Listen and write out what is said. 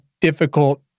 difficult